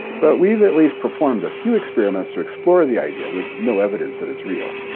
but we've at least performed a few experiments to explore the idea, with no evidence that it's real.